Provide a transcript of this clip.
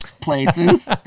places